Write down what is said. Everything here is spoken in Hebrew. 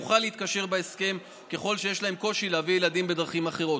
יוכלו להתקשר בהסכם ככל שיש להם קושי להביא ילדים בדרכים אחרות.